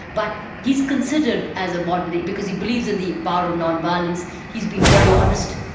but he's considered as a modern day, because he believes in the power of non-violence, he's been very honest,